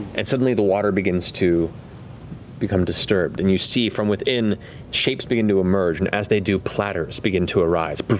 and suddenly the water begins to become disturbed, and you see from within shapes begin to emerge, and as they do, platters begin to arise. poof,